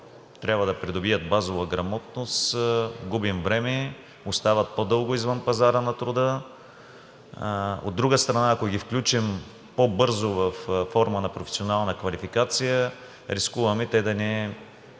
трябва да придобият базова грамотност, губим време, остават по дълго извън пазара на труда. От друга страна, ако ги включим по бързо във форма на професионална квалификация, рискуваме те,